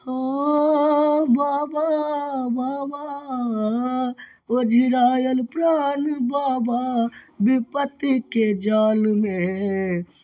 हौऽ बाबा बाबा ओझराएल प्राण बाबा बेपत्तिके जालमे